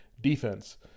Defense